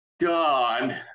God